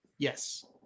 Yes